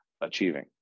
achieving